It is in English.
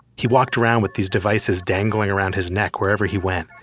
he walked around with these devices dangling around his neck wherever he went,